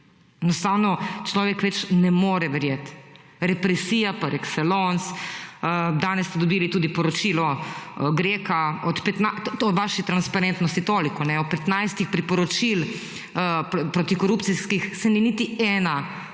Enostavno človek več ne more verjeti. Represija, par excellence. Danes ste dobili tudi poročilo Greca o vaši transparentnosti, toliko, o petnajstih priporočil protikorupcijskih se ni niti ena